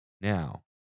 now